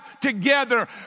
together